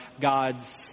God's